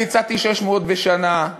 אני הצעתי 600 בשנה,